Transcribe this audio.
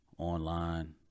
online